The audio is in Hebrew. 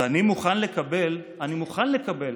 ואני מוכן לקבל, מוכן לקבל,